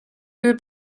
food